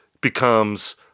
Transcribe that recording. becomes